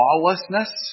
lawlessness